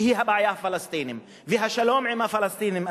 שהיא הבעיה הפלסטינית והשלום עם הפלסטינים,